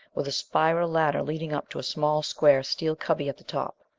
with a spiral ladder leading up to a small, square, steel cubby at the top.